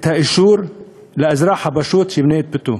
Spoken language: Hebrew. את האישור לאזרח הפשוט שיבנה את ביתו.